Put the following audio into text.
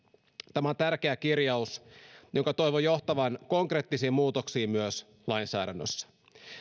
tämä on tärkeä kirjaus jonka toivon johtavan konkreettisiin muutoksiin myös lainsäädännössä